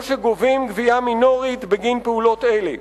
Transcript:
או שגובים גבייה מינורית בגין פעולות אלה.